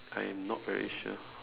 I am not very sure